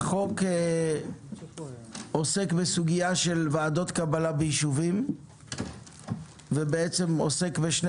החוק עוסק בסוגיה של ועדות קבלה ביישובים ועוסק בשני